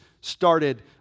started